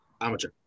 Amateur